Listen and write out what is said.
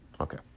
Okay